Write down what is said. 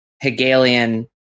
Hegelian